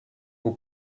who